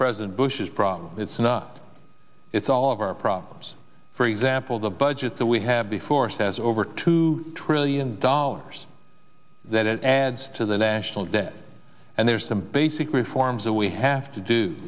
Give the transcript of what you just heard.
president bush's problem it's not it's all of our problems for example the budget that we have before says over two trillion dollars that it adds to the national debt and there's some basic reforms that we have to do